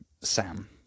Sam